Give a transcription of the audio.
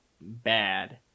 bad